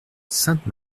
sainte